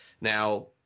Now